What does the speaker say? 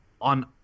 on